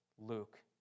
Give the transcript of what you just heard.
Luke